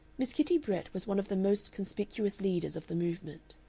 miss kitty brett was one of the most conspicuous leaders of the movement.